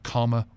Karma